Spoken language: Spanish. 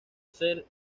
ser